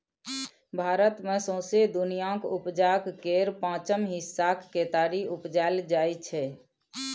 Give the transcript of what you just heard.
भारत मे सौंसे दुनियाँक उपजाक केर पाँचम हिस्साक केतारी उपजाएल जाइ छै